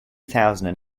thousand